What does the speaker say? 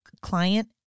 client